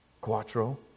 Quattro